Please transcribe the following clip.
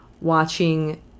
watching